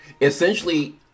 Essentially